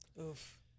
Oof